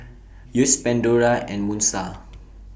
Yeo's Pandora and Moon STAR